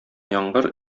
яңгыр